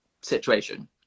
situation